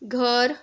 घर